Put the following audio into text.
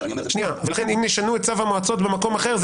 לכן אם ישנו את צו המועצות במקום אחר,